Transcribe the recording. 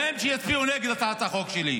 והן שיצביעו נגד הצעת החוק שלי.